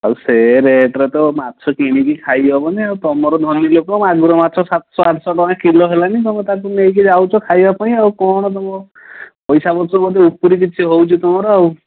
ଆଉ ସେ ରେଟରେ ତ ମାଛ କିଣିକି ଖାଇ ହେବନି ଆଉ ତୁମର ଧନୀ ଲୋକ ମାଗୁର ମାଛ ସାତଶହ ଆଠଶହ ଟଙ୍କା କିଲୋ ହେଲାଣି ତୁମେ ତା'କୁ ନେଇକି ଯାଉଛ ଖାଇବା ପାଇଁ ଆଉ କ'ଣ ତୁମେ ପଇସା ପତ୍ର ବୋଧେ ଉପୁରି କିଛି ହେଉଛି ତୁମର ଆଉ